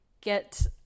get